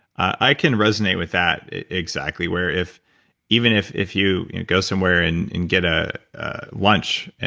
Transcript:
i can resonate with that exactly where if even if if you go somewhere and and get a lunch.